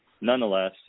Nonetheless